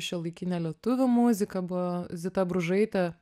šiuolaikinė lietuvių muzika buvo zita bružaitė